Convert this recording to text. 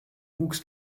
wuchs